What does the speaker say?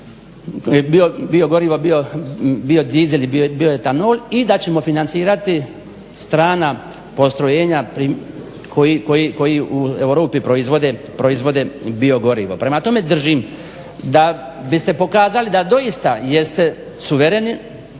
bio gorivo, bio dizel i bio etanol, i da ćemo financirati strana postrojenja pri kojim, koji u Europi proizvode bio gorivo. Prema tome, držim da biste pokazali da doista jeste suvereni